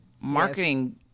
marketing